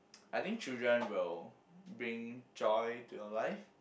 I think children will bring joy to your life